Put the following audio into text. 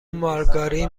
مارگارین